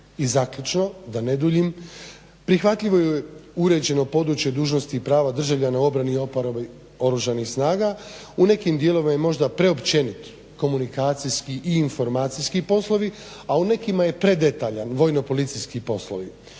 I zaključno, da ne duljim, prihvatljivo je uređeno područje dužnosti i prava državljana u obrani i uporabi Oružanih snaga. U nekim dijelovima je možda preopćenit, komunikacijski i informacijski poslovima, a u nekima je predetaljan, vojno-policijski poslovi.